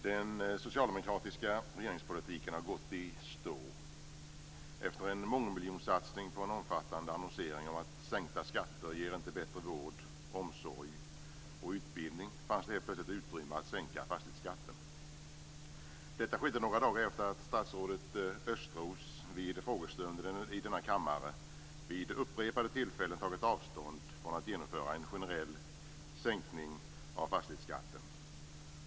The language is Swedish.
Herr talman! Den socialdemokratiska regeringspolitiken har gått i stå. Efter en mångmiljonsatsning på en omfattande annonsering om att sänkta skatter inte ger bättre vård, omsorg och utbildning fanns det helt plötsligt utrymme att sänka fastighetsskatten. Detta skedde några dagar efter det att statsrådet Östros vid frågestunden här i kammaren vid upprepade tillfällen tagit avstånd från att genomföra en generell sänkning av fastighetsskatten.